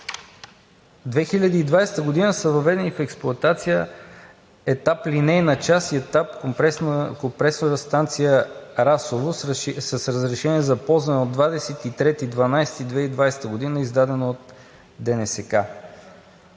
2020 г. са въведени в експлоатация етап „Линейна част“ и етап компресорна станция „Расово“ с разрешение за ползване от 23 декември 2020 г., издадено от ДНСК.